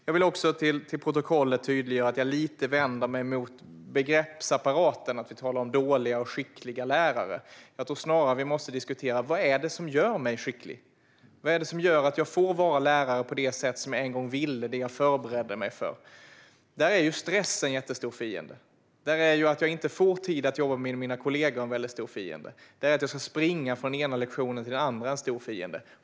Jag vill också få fört till protokollet att jag lite vänder mig mot begreppsapparaten, att vi talar om dåliga och skickliga lärare. Jag tror snarare att vi måste diskutera vad det är som gör mig skicklig, att jag får vara lärare på det sätt som jag en gång ville, det jag förberedde mig för. Stress är en mycket stor fiende. Att jag inte får tid att jobba med mina kollegor är en stor fiende. Att jag ska springa från den ena lektionen till den andra är en stor fiende.